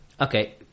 Okay